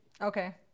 Okay